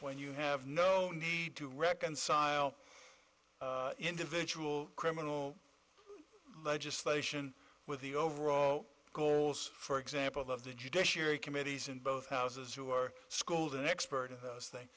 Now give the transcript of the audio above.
when you have no need to reconcile individual criminal legislation with the overall goals for example of the judiciary committees in both houses who are schools an expert in those things